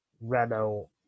Renault